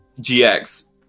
GX